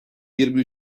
yirmi